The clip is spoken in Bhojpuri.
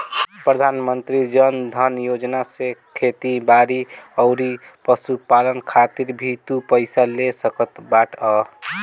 प्रधानमंत्री जन धन योजना से खेती बारी अउरी पशुपालन खातिर भी तू पईसा ले सकत बाटअ